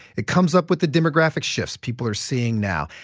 it comes up with the demographic shifts people are seeing now,